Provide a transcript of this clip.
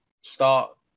Start